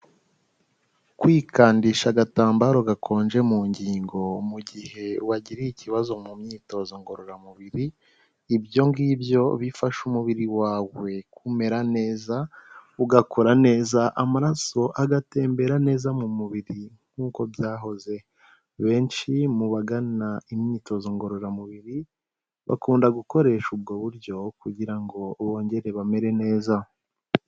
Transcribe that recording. Kwikandisha agatambaro gakonje mu ngingo mu gihe wagiriye ikibazo mu myitozo ngororamubiri, ibyo ngibyo bifasha umubiri wawe kumera neza, ugakora neza, amaraso agatembera neza mu mubiri nkuko byahoze. Benshi mu bagana imyitozo ngororamubiri bakunda gukoresha ubwo buryo kugira ngo bongere bamere neza.